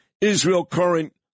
Israel-current